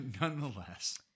Nonetheless